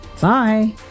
Bye